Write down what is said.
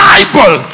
Bible